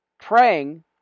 praying